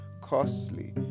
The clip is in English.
costly